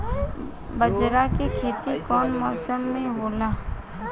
बाजरा के खेती कवना मौसम मे होला?